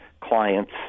clients